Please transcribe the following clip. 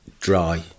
dry